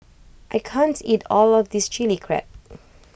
I can't eat all of this Chili Crab